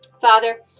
Father